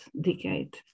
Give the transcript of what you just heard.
decade